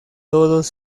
todos